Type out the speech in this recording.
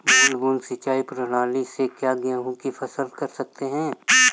बूंद बूंद सिंचाई प्रणाली से क्या गेहूँ की फसल कर सकते हैं?